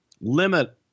limit